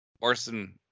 Orson